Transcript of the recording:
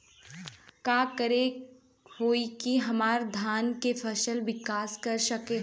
का करे होई की हमार धान के फसल विकास कर सके?